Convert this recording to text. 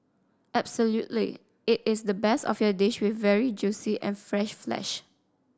absolutely it is the best of your dish with very juicy and fresh flesh